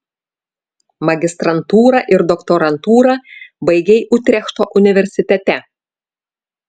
magistrantūrą ir doktorantūrą baigei utrechto universitete